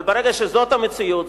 אבל ברגע שזו המציאות,